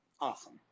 Awesome